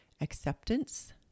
acceptance